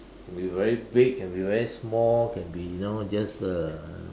can be very big can be very small can be you know just uh